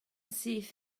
syth